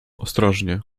ostrożnie